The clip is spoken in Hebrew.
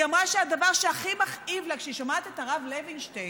היא אמרה שהדבר שהכי מכאיב לה כשהיא שומעת את הרב לוינשטיין